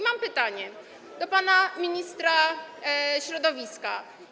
Mam pytanie do pana ministra środowiska.